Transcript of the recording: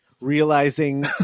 realizing